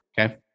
Okay